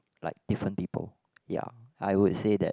like different people ya I would say that